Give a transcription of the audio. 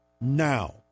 now